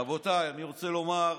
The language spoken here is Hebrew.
רבותיי, אני רוצה לומר: